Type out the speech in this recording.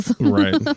Right